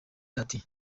ati